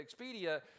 Expedia